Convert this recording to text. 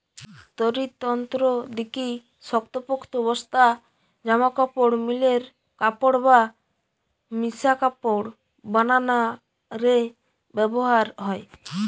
তৈরির তন্তু দিকি শক্তপোক্ত বস্তা, জামাকাপড়, মিলের কাপড় বা মিশা কাপড় বানানা রে ব্যবহার হয়